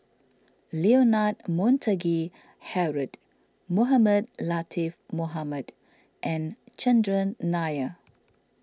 Leonard Montague Harrod Mohamed Latiff Mohamed and Chandran Nair